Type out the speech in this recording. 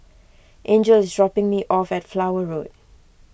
Angel is dropping me off at Flower Road